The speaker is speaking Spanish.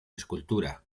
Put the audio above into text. escultura